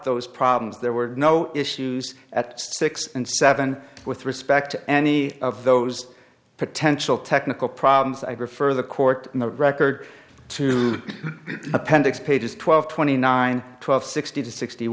those problems there were no issues at six and seven with respect to any of those potential technical problems i prefer the court in the record to the appendix pages twelve twenty nine twelve sixty to sixty